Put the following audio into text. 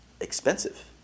expensive